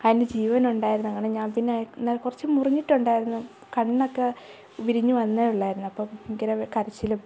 അതിന് ജീവനുണ്ടായിരുന്നു അങ്ങനെ ഞാൻ പിന്നെ എന്നാ കുറച്ചു മുറിഞ്ഞിട്ടുണ്ടായിരുന്നു കണ്ണൊക്കെ വിരിഞ്ഞു വന്നേ ഉള്ളായിരുന്നു അപ്പോൾ ഭയങ്കര കരച്ചിലും